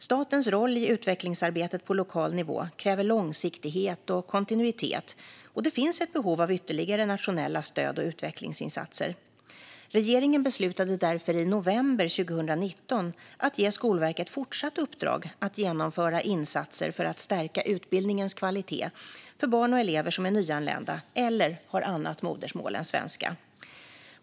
Statens roll i utvecklingsarbetet på lokal nivå kräver långsiktighet och kontinuitet, och det finns ett behov av ytterligare nationella stöd och utvecklingsinsatser. Regeringen beslutade därför i november 2019 att ge Skolverket fortsatt uppdrag att genomföra insatser för att stärka utbildningens kvalitet för barn och elever som är nyanlända eller har annat modersmål än svenska.